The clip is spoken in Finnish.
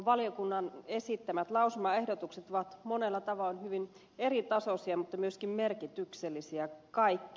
valiokunnan esittämät lausumaehdotukset ovat monella tavoin hyvin eritasoisia mutta myöskin merkityksellisiä kaikki